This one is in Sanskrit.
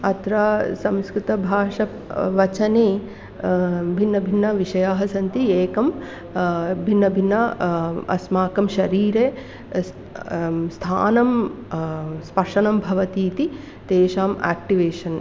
अत्र संस्कृतभाषा वचने भिन्नभिन्नविषयाः सन्ति एकं भिन्नं भिन्नं अस्माकं शरीरे अस् स्थानं स्पर्शनं भवति इति तेषां आक्टिवेषन्